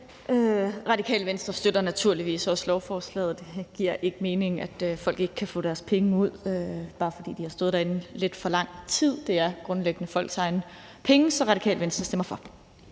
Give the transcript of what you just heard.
Radikale Venstre støtter naturligvis også lovforslaget. Det giver ikke mening, at folk ikke kan få deres penge ud, bare fordi de har stået derinde lidt for lang tid; det er grundlæggende folks egne penge. Så Radikale Venstre stemmer for